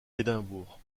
édimbourg